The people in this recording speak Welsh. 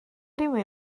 rhywun